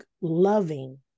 loving